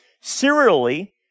serially